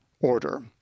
order